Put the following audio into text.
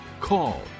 call